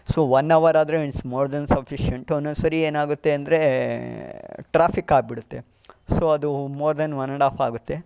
so one hour ಆದರೆ is more than sufficient ಒಂದೊಂದು ಸರಿ ಏನಾಗುತ್ತೆ ಅಂದರೆ ಟ್ರಾಫಿಕ್ ಆಗಿಬಿಡುತ್ತೆ ಸೋ ಅದು more than one and half ಆಗುತ್ತೆ